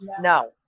No